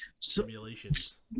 simulations